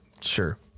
sure